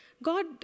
God